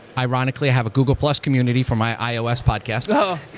ironically, i have a google plus community for my ios podcast. but